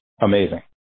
amazing